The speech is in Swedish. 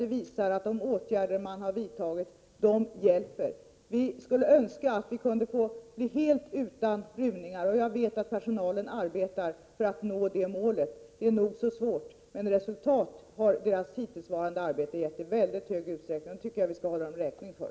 Det visar att de åtgärder som man har vidtagit hjälper. Jag skulle önska att man helt slapp rymningar. Jag vet att personalen arbetar för att nå detta mål. Det är emellertid nog så svårt. Arbetet hittills har i alla fall givit ett gott resultat, och det skall vi hålla personalen räkning för.